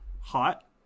hot